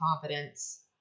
confidence